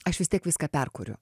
aš vis tiek viską perkuriu